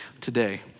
today